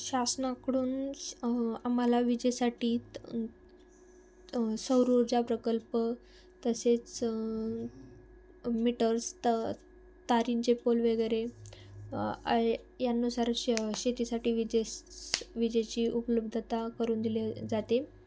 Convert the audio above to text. शासनाकडून आम्हाला विजेसाठी सौर ऊर्जा प्रकल्प तसेच मीटर्स त तारांचे पोल वगैरे आ यांनुसार शे शेतीसाठी विजेस् विजेची उपलब्धता करून दिले जाते